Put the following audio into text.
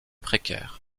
précaire